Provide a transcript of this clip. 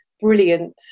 brilliant